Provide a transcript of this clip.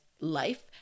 life